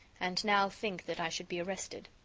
and now think that i should be arrested.